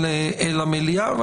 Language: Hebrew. אל המליאה.